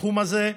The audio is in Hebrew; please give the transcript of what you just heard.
בתחום הזה,